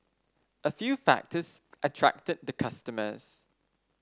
a few factors attracted the customers